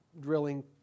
drilling